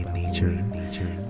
nature